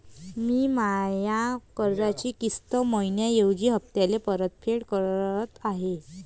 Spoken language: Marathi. मी माया कर्जाची किस्त मइन्याऐवजी हप्त्याले परतफेड करत आहे